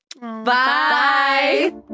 Bye